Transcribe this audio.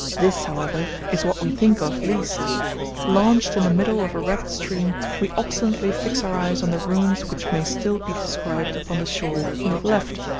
this, however, is what we think of least launched in the middle of a rapid stream, we obstinately fix our eyes on the ruins which may still be described upon the shore we have left,